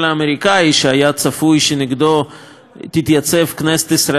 שהיה צפוי שנגדו תתייצב כנסת ישראל בלי